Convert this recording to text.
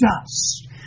dust